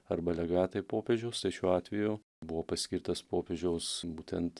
arba legatai popiežiaus tai šiuo atveju buvo paskirtas popiežiaus būtent